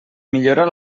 millorar